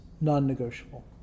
non-negotiable